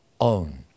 own